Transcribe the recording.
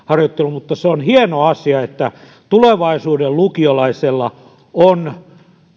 se on hieno asia että tulevaisuuden lukiolaisella on